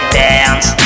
dance